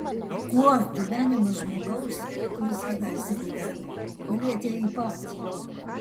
kuo gyvenimas žmogaus kuris kadaise gyveno palietė jį patį